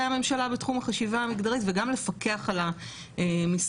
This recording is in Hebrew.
הממשלה בתחום החשיבה המגדרית וגם לפקח על המשרדים,